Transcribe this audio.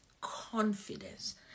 confidence